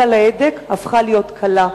והיד על ההדק הפכה להיות קלה.